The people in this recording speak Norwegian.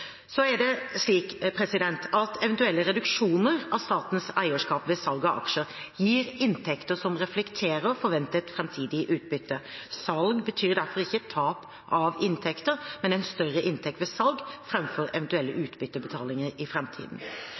Eventuelle reduksjoner av statens eierskap ved salg av aksjer gir inntekter som reflekterer forventet framtidig utbytte. Salg betyr derfor ikke tap av inntekter, men en større inntekt ved salg framfor eventuelle utbyttebetalinger i